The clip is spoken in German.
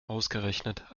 ausgerechnet